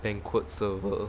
banquet server